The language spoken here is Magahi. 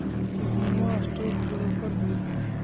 सुषमवा स्टॉक ब्रोकर हई